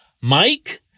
Mike